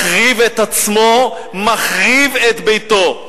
מחריב את עצמו, מחריב את ביתו.